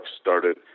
started